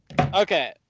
Okay